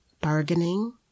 bargaining